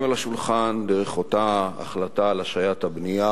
לשולחן דרך אותה החלטה על השהיית הבנייה,